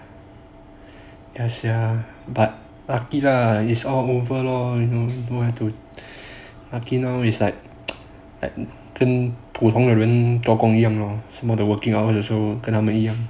ya sia but 这个 is all over lah you know you have to is like 跟普通的人一样 lah the working hours also 跟他们一样